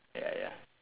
ya ya